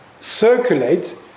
circulate